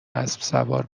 اسبسوار